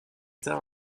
tard